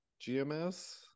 GMS